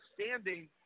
standing